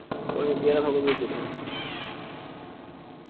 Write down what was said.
कोई नी तेरहं सौ गै भेजूड़ेओ यरो